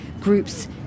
groups